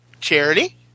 Charity